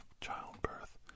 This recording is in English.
childbirth